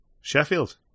Sheffield